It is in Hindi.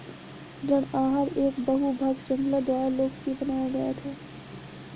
ऋण आहार एक बहु भाग श्रृंखला द्वारा लोकप्रिय बनाया गया था